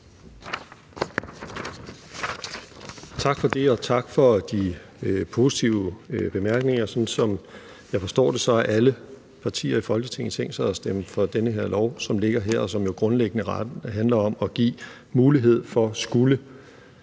Tak for det, og tak for de positive bemærkninger. Sådan som jeg forstår det, har alle partier i Folketinget tænkt sig at stemme for det her lovforslag, som ligger her, og som jo grundlæggende handler om at give mulighed for –